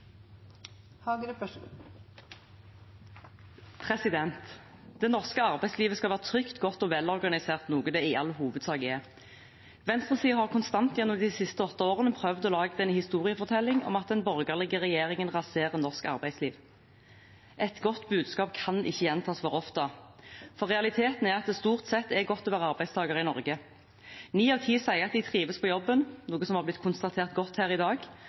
konstant gjennom de siste åtte årene prøvd å lage en historiefortelling om at den borgerlige regjeringen raserer norsk arbeidsliv. Et godt budskap kan ikke gjentas for ofte, for realiteten er at det stort sett er godt å være arbeidstaker i Norge. Ni av ti sier at de trives på jobben – noe som er blitt godt konstatert her i dag